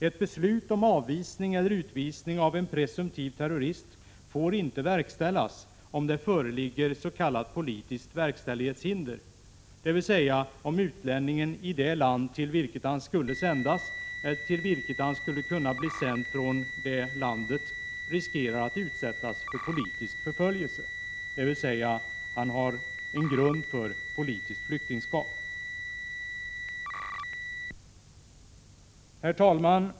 Ett beslut om avvisning eller utvisning av en presumtiv terrorist får inte verkställas om det föreligger s.k. politiskt verkställighetshinder, dvs. om utlänningen i det land till vilket han skulle sändas, eller till vilket han skulle kunna bli sänd från det landet, riskerar att utsättas för politisk förföljelse. Han kan alltså ha en grund för politiskt flyktingskap. Herr talman!